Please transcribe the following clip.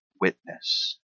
witness